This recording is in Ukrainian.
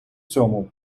цьому